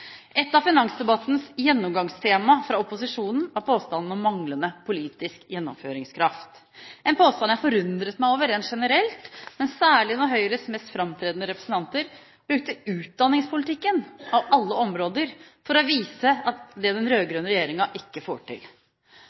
Et av finansdebattens gjennomgangstema fra opposisjonen var påstanden om manglende politisk gjennomføringskraft – en påstand jeg forundret meg over rent generelt, men særlig da Høyres mest framtredende representanter brukte utdanningspolitikken, av alle områder, for å vise det den rød-grønne regjeringen ikke får til.